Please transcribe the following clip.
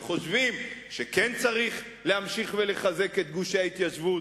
חושבים שכן צריך להמשיך ולחזק את גושי ההתיישבות,